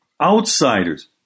outsiders